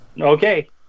Okay